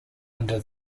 under